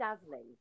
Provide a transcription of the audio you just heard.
dazzling